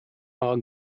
are